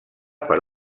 per